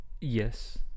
Yes